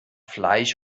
fleisch